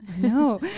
No